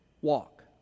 walk